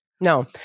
No